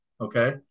Okay